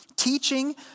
teaching